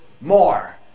more